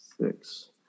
Six